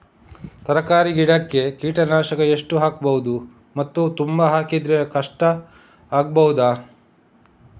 ತರಕಾರಿ ಗಿಡಕ್ಕೆ ಕೀಟನಾಶಕ ಎಷ್ಟು ಹಾಕ್ಬೋದು ಮತ್ತು ತುಂಬಾ ಹಾಕಿದ್ರೆ ಕಷ್ಟ ಆಗಬಹುದ?